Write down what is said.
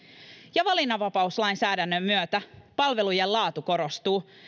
ja valinnanvapauslainsäädännön myötä palvelujen laatu korostuu